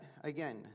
again